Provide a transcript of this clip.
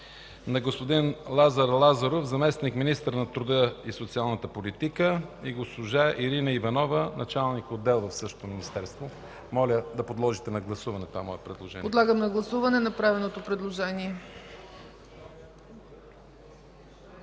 на господин Лазар Лазаров – заместник-министър на труда и социалната политика, и госпожа Ирина Иванова – началник-отдел в същото Министерство. Моля да подложите на гласуване това мое предложение. ПРЕДСЕДАТЕЛ ЦЕЦКА ЦАЧЕВА: Подлагам на гласуване направеното предложение.